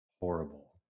horrible